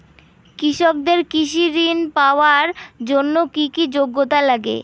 কৃষকদের কৃষি ঋণ পাওয়ার জন্য কী কী যোগ্যতা লাগে?